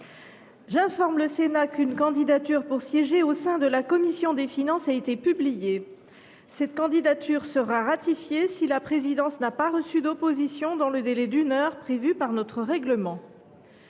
J’informe le Sénat qu’une candidature pour siéger au sein de la commission des finances a été publiée. Cette candidature sera ratifiée si la présidence n’a pas reçu d’opposition dans le délai d’une heure prévu par notre règlement.